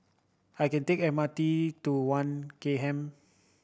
I can take the M R T to One K M